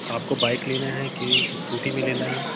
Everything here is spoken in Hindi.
आपको बाइक लेना है कि इस्कूटी में लेना है